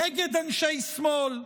נגד אנשי שמאל.